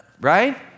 Right